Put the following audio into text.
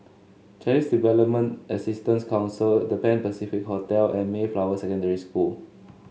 Chinese Development Assistance Council The Pan Pacific Hotel and Mayflower Secondary School